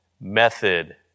method